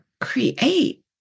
create